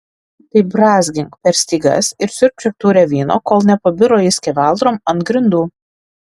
tai brązgink per stygas ir siurbčiok taurę vyno kol nepabiro ji skeveldrom ant grindų